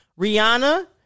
Rihanna